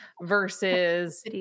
versus